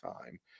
time